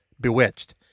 Bewitched